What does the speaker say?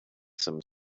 some